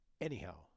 anyhow